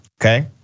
Okay